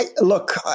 look